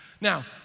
Now